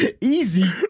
Easy